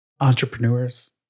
entrepreneurs